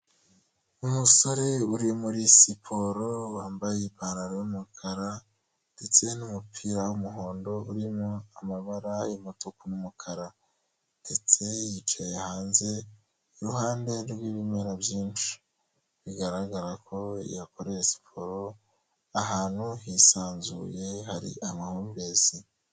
Umusore uri muri siporo wambaye ipantaro y'umukara ndetse n'umupira w'umuhondo urimo amabara y'umutuku n'umukara ndetse yicaye hanze iruhande rw'ibimera byinshi, bigaragara ko yakoreye siporo ahantu hisanzuye hari amahumbezi.